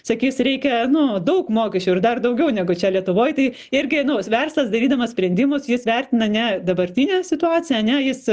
sakys reikia nu daug mokesčių ir dar daugiau negu čia lietuvoj tai irgi nu verslas darydamas sprendimus jis vertina ne dabartinę situaciją ane jis